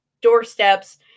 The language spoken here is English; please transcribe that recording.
doorsteps